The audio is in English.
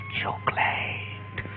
chocolate